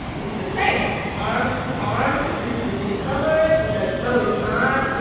it's the same arm to arm. this is the same color. she says, no, it's not.